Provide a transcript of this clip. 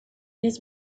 his